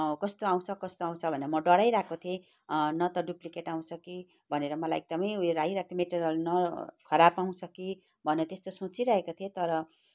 कस्तो आउँछ कस्तो आउँछ भनेर म डराइ रहेको थिएँ न त डुप्लिक्ट आउँछ कि भनेर मलाई एकदमै उयो लागिरहेको थियो मटेरियल न खराब आउँछ कि भनेर त्यस्तो सोचिरहेको थिए तर